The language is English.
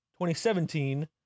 2017